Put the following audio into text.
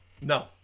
No